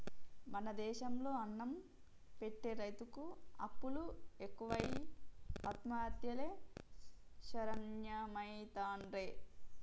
మన దేశం లో అన్నం పెట్టె రైతుకు అప్పులు ఎక్కువై ఆత్మహత్యలే శరణ్యమైతాండే